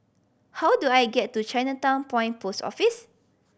how do I get to Chinatown Point Post Office